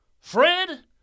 Fred